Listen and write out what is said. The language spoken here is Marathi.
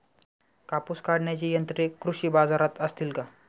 कापूस काढण्याची यंत्रे कृषी बाजारात असतील का?